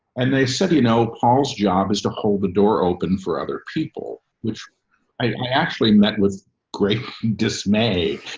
and they said, you know, paul's job is to hold the door open for other people, which i actually met with great dismay,